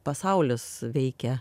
pasaulis veikia